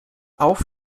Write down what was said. auf